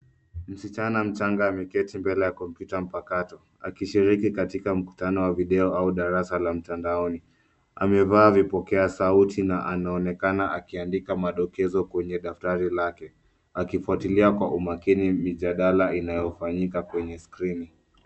Msichana mchanga ameketi mbele ya kompyuta mpakato akishiriki katika mkutano wa video au darasa la mtandaoni. Amevaa vipokea sauti na anaonekana akiandika madokezo kwenye daftari lake akifuatilia kwa umakini mijadala inayofanyika kwenye skrini.